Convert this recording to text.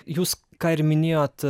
jūs ką ir minėjot